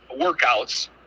workouts